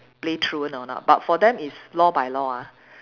play truant or not but for them is law by law ah